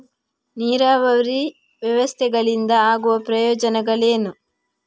ನೀರಾವರಿ ವ್ಯವಸ್ಥೆಗಳಿಂದ ಆಗುವ ಪ್ರಯೋಜನಗಳೇನು?